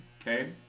Okay